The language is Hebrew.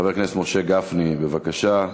חבר הכנסת משה גפני, בבקשה.